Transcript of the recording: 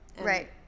right